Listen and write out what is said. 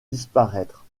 disparaître